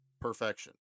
perfection